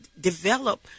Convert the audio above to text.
develop